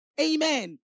Amen